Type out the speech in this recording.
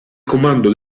comando